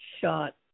shot